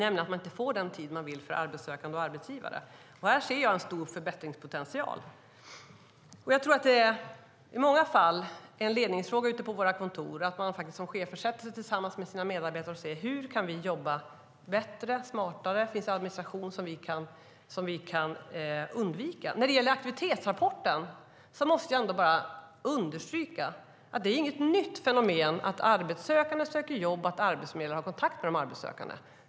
Man får inte den tid man vill för arbetssökande och arbetsgivare. Här ser jag en stor förbättringspotential. Jag tror att det i många fall är en ledningsfråga ute på våra kontor. Chefer kan sätta sig tillsammans med sina medarbetare för att se hur man kan jobba bättre och smartare och om det finns administration som man kan undvika. När det gäller aktivitetsrapporten måste jag understryka att det inte är något nytt fenomen att arbetssökande söker jobb och att arbetsförmedlare har kontakt med de arbetssökande.